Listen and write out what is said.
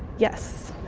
yes.